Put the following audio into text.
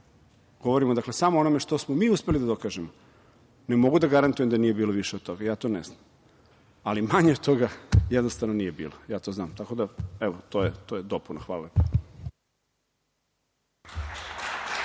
Govorimo samo o onome što smo mi uspeli da dokažemo. Ne mogu da garantujem da nije bilo više od toga, ja to ne znam, ali manje od toga, jednostavno, nije bilo, ja to znam. To je dopuna. Hvala.